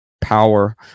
power